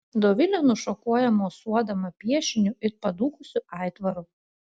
dovilė nušokuoja mosuodama piešiniu it padūkusiu aitvaru